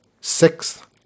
sixth